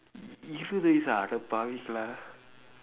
he still do this ah அடப்பாவிங்களா:adapaavingkalaa